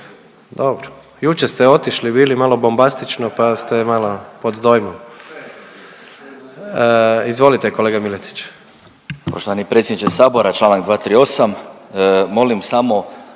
Dobro, jučer ste otišli bili malo bombastično pa ste malo pod dojmom. Izvolite kolega Miletić. **Miletić, Marin (MOST)** Poštovani predsjedniče sabora Članak 238., molim samo